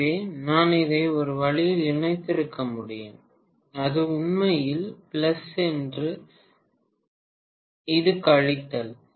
எனவே நான் அதை ஒரு வழியில் இணைத்திருக்க முடியும் அது உண்மையில் பிளஸ் என்றால் இது கழித்தல்